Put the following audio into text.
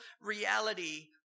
reality